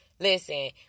Listen